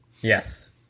yes